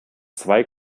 zwei